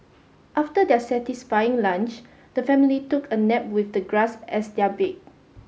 after their satisfying lunch the family took a nap with the grass as their bed